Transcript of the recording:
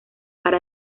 para